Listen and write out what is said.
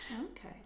okay